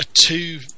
two